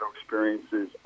experiences